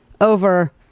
over